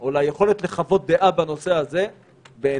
או ליכולת לחוות דעה בנושא הזה בעיני